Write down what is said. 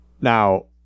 Now